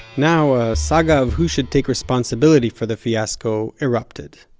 now a saga of who should take responsibility for the fiasco erupted.